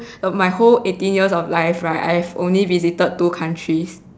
my whole eighteen years of life right I have only visited two countries